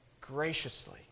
graciously